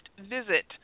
visit